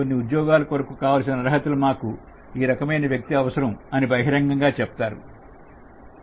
లేదా కొన్ని ఉద్యోగాల కొరకు కావలసిన అర్హతలు మాకు ఈ రకమైన వ్యక్తి అవసరం అని బహిరంగంగా చెబుతారు